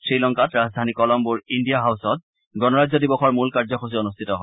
শ্ৰীলংকাত ৰাজধানী কলম্বোৰ ইণ্ডিয়া হাউচত গণৰাজ্য দিৱসৰ মূল কাৰ্যসূচী অনুষ্ঠিত হয়